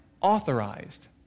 authorized